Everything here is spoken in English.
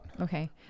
Okay